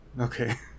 Okay